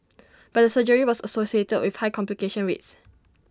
but the surgery was associated with high complication rates